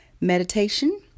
meditation